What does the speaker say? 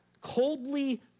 coldly